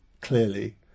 clearly